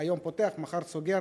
היום פותח ומחר סוגר,